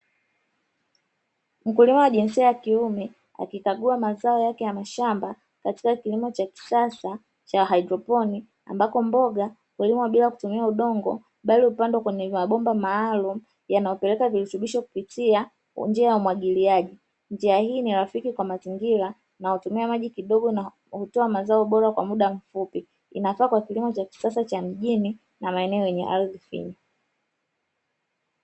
Mkulima wa jinsi ya kiume akikagua mazao yake ya mashamba katika kilimo cha kisasa cha haidroponi ambapo mboga hulimwa bila kutumia udongo, bali hupandwa kwenye mabomba maalumu yanayopeka virutubisho kwa njia ya umwagiliaji, njia hii ni rafiki kwa mazingira na hutumia maji kidogo na hutoa mazao bora kwa muda mfupi inafaa kwa kilimo cha kisasa cha mjini na maeneo yenye ardhi finyu.